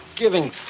giving